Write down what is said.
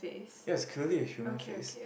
yes it's clearly a human face